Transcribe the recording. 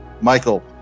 Michael